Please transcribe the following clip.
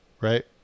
Right